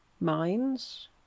Mines